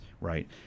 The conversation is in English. right